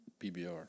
PBR